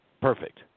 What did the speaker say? Perfect